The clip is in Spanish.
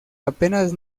apenas